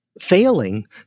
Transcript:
failing